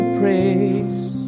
praise